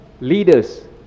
leaders